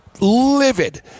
livid